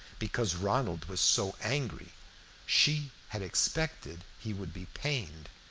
because ronald was so angry she had expected he would be pained.